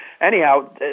anyhow